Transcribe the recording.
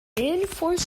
reinforce